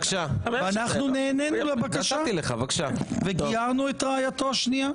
ואנחנו נענינו לבקשה וגיירנו את רעייתו השנייה.